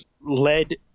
led